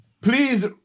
please